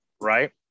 Right